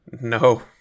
No